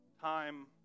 time